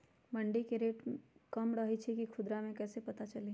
मंडी मे रेट कम रही छई कि खुदरा मे कैसे पता चली?